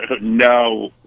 No